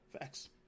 Facts